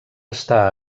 està